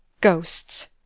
Ghosts